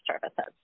services